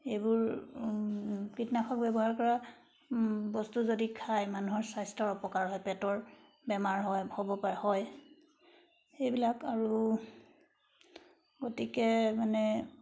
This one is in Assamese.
এইবোৰ কীটনাশক ব্যৱহাৰ কৰা বস্তু যদি খাই মানুহৰ স্বাস্থ্যৰ অপকাৰ হয় পেটৰ বেমাৰ হয় হ'ব পাৰে হয় সেইবিলাক আৰু গতিকে মানে